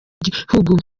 gihugu